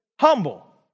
humble